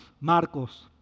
Marcos